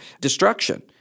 destruction